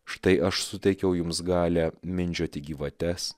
štai aš suteikiau jums galią mindžioti gyvates